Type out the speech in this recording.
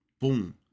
boom